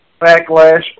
backlash